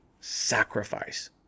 sacrifice